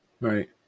right